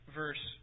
verse